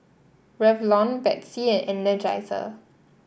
Revlon Betsy and Energizer